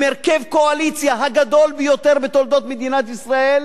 עם הרכב הקואליציה הגדול ביותר בתולדות מדינת ישראל,